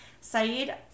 Saeed